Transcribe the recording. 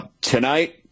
tonight